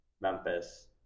Memphis